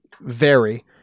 vary